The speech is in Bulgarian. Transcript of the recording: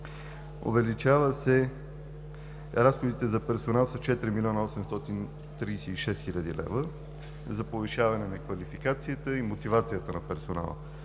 Увеличават се разходите за „Персонал“ с 4 млн. 836 хил. лв., за повишаване на квалификацията и мотивацията на персонала